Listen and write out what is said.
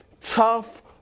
tough